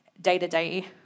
day-to-day